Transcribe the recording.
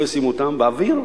איפה ישימו אותם, באוויר?